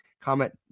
comment